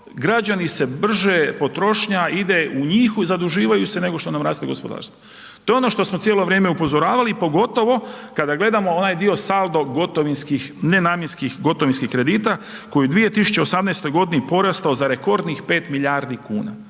građani se brže potrošnja ide u njih, zaduživaju se nego što nam raste gospodarstvo. To je ono što smo cijelo vrijeme upozoravali i pogotovo kada gledamo onaj dio saldo gotovinskih nenamjenskih gotovinskih kredita koji je u 2018. godini porastao za rekordnih 5 milijardi kuna.